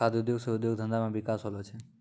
खाद्य उद्योग से उद्योग धंधा मे भी बिकास होलो छै